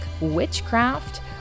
Witchcraft